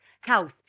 house